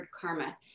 karma